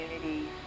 community